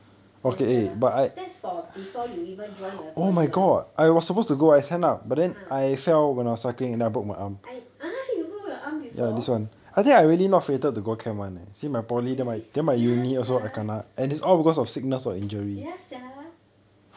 there's the that's for before you even join the poly one ah I ah you broke your arm before you see ya sia ya sia